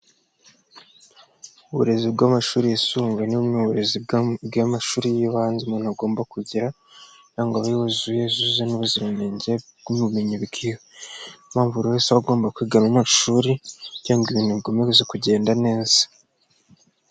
Uburezi bw'amashuri yisumbuye ni bumwe muburezi bw'amashuri y'ibanze umuntu agomba kugira kugira ngo Abe yuzuye yuzuze n'ubuziranenge bw'ubumenyi bwiwe, niyo mpamvu buri wese agomba kwiga rino shuri kugira ngo ibintu bikomeze kugenda neza.